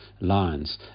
lines